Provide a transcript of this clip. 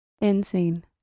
insane